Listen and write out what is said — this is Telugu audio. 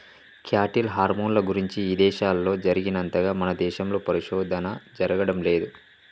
క్యాటిల్ హార్మోన్ల గురించి ఇదేశాల్లో జరిగినంతగా మన దేశంలో పరిశోధన జరగడం లేదు